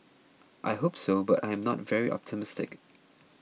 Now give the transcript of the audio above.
I hope so but I am not very optimistic